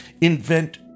invent